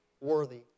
worthy